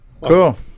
Cool